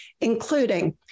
including